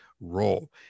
role